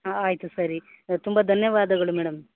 ಹಾಂ ಆಯಿತು ಸರಿ ತುಂಬ ಧನ್ಯವಾದಗಳು ಮೇಡಮ್